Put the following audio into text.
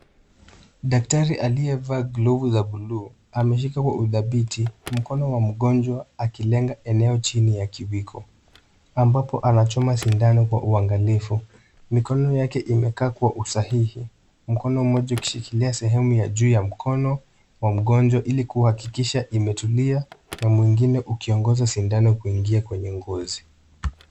Daktari aliyevaa glovu za bluu ameshika kwa udhabiti mkono wa mgonjwa akilenga eneo chini ya kiwiko ambapo anachoma sindano kwa uangalifu. Mikono yake imekaa kwa usahihi. Mkono mmoja ukishikilia sehemu ya juu ya mkono wa mgonjwa, ili kuhakikisha imetulia na mwingine ukiongoza sindano kuingia kwenye ngozi.